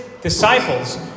disciples